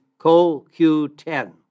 CoQ10